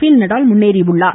பேல் நடால் முன்னேறியுள்ளார்